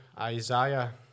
Isaiah